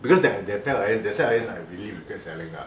because that that pair of irons that set of irons I really regret selling ah